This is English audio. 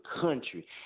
country